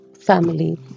family